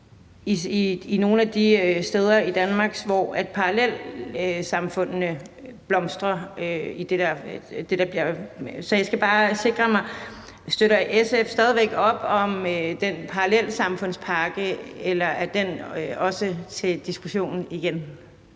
nogle af de steder i Danmark, hvor parallelsamfundene blomstrer. Så jeg skal bare sikre mig, at SF stadig væk støtter op om den parallelsamfundspakke, eller om den også er til diskussion igen.